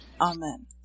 Amen